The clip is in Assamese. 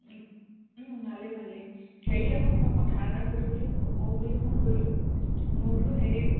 ভালেই ভালেই হেৰি আকৌ মই কথা এটা সোধোঁ বুলি বুলি ফোন কৰিলোঁ মই বোলো হেৰি